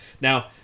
Now